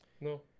No